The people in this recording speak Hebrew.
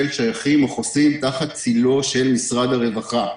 שייכים או חוסים תחת צילו של משרד הרווחה,